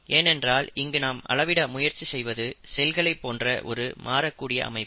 ஏனென்றால் இங்கு நாம் அளவிட முயற்சி செய்வது செல்களைப் போன்ற ஒரு மாறக் கூடிய அமைப்பு